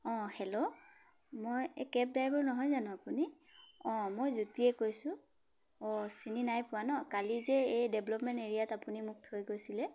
অঁ হেল্ল' মই এই কেব ড্ৰাইভাৰ নহয় জানো আপুনি অঁ মই জ্যোতিয়ে কৈছোঁ অঁ চিনি নাই পোৱা ন কালি যে এই ডেভলপমেণ্ট এৰিয়াত আপুনি মোক থৈ গৈছিলে